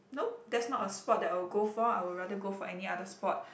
nope that's not a sport that I will go for I would rather go for any other sport